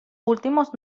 últimos